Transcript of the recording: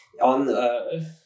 on